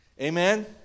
Amen